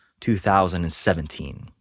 2017